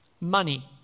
Money